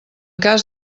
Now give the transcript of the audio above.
cas